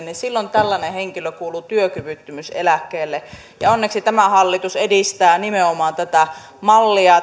niin silloin tällainen henkilö kuuluu työkyvyttömyyseläkkeelle ja onneksi tämä hallitus edistää nimenomaan tätä mallia